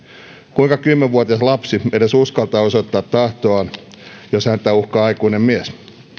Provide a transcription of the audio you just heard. kuinka kymmenen vuotias lapsi edes uskaltaa osoittaa tahtoaan jos häntä uhkaa aikuinen mies